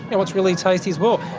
you know it's really tasty as well.